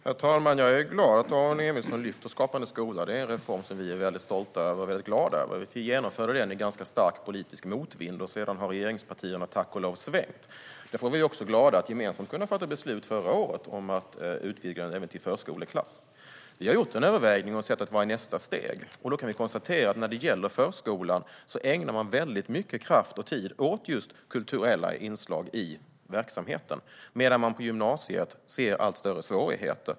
Herr talman! Jag är glad över att Aron Emilsson lyfter Skapande skola. Det är en reform som vi är väldigt stolta och glada över. Vi genomförde den i ganska stark politisk motvind, men sedan har regeringspartierna tack och lov svängt. Vi är också glada över att vi förra året gemensamt kunde fatta beslut om att utvidga Skapande skola till förskoleklass. Vi har gjort en avvägning och frågat oss vad nästa steg är. I förskolan ägnar man väldigt mycket kraft och tid åt just kulturella inslag i verksamheten medan man på gymnasiet ser allt större svårigheter.